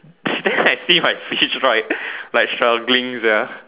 then I see my fish right like struggling sia